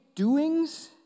doings